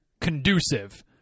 conducive